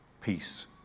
peace